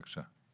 בבקשה.